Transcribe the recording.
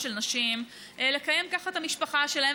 של נשים לקיים ככה את המשפחה שלהן.